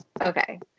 Okay